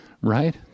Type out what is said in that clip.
right